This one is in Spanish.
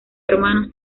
hermanos